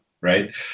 right